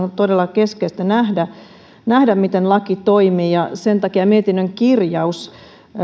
on todella keskeistä nähdä nähdä miten laki toimii sen takia mietinnön kirjaus